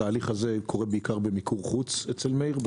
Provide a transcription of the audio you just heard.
התהליך הזה קורה בעיקר במיקור חוץ אצל מאיר,